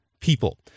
people